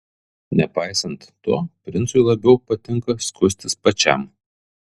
nepaisant to princui labiau patinka skustis pačiam